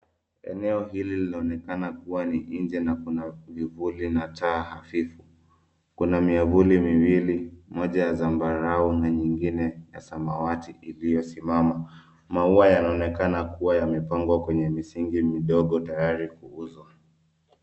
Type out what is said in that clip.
Eneo hili linaonekana kuwa ni nje na kuna vivuli na taa hafifu. Kuna miavuli miwili, moja ya zambarau na nyingine ya samawati iliyo simama. Maua yanaonekana kuwa yamepangwa kwenye misingi midogo tayari kuuzwa.